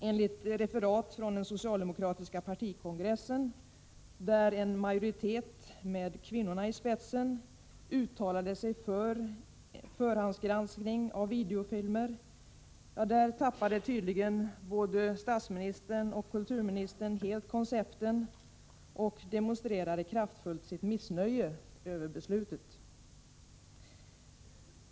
Enligt referat från den socialdemokratiska partikongressen, där en majoritet med kvinnorna i spetsen uttalade sig för förhandsgranskning av videofilmer, tappade tydligen både statsministern och kulturministern helt koncepterna och demonstrerade kraftfullt sitt missnöje över beslutet.